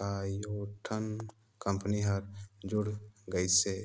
कयोठन कंपनी हर जुड़ गइसे